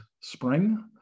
Spring